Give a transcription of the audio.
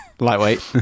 Lightweight